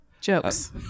Jokes